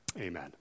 Amen